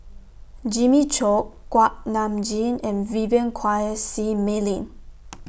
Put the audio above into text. Jimmy Chok Kuak Nam Jin and Vivien Quahe Seah Mei Lin